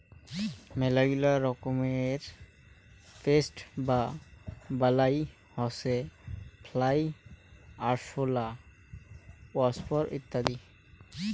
মেলাগিলা রকমের পেস্ট বা বালাই হসে ফ্লাই, আরশোলা, ওয়াস্প ইত্যাদি